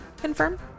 confirm